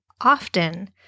often